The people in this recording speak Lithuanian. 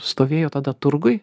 stovėjo tada turguj